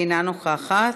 אינה נוכחת.